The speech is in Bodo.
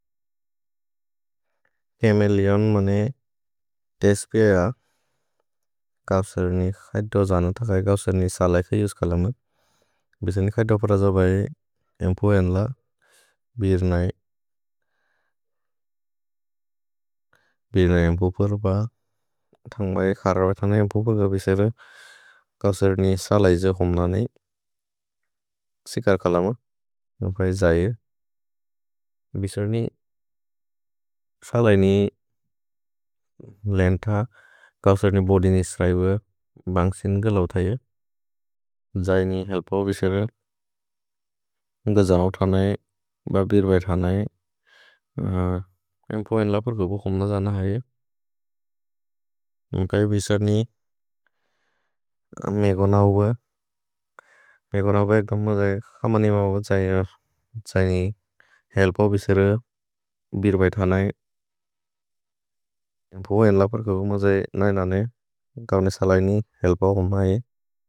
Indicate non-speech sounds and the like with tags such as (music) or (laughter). केमेलिओन् मने (hesitation) देस्पिअ (hesitation) गौसरिनि क्स दो जन थक गौसरिनि सलै क इउस् कलम। भिसनि क्स दो प्रज बै (hesitation) एम्पु एन्ल बिर्नै, (hesitation) बिर्नै एम्पु परुप। थन्ग् बै खर बै थनै एम्पुप गबिसेल गौसरिनि सलै जो होम्लनि (hesitation) सिकर् कलम। नम्कहि जए, (hesitation) बिसनि सलै नि लेन्त गौसरिनि बोदिनि स्रैव बन्सिन् ग लौ थये। जए नि हेल्प ओबिसेर, (hesitation) न्ग जओ थनै, ब (hesitation) बिर्बै थनै, (hesitation) एम्पु एन्ल परुप होम्ल जन हये। (hesitation) नम्कहि बिसनि मे (hesitation) गोन उब, मे गोन उब इक्दम् मजए खमनिम उब जए नि (hesitation) हेल्प ओबिसेर, बिर्बै थनै। (hesitation) एम्पु एन्ल परुप मजए ननन गौसरिनि सलै नि हेल्प ओबम हये।